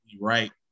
right